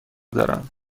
دارم